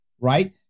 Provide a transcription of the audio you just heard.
right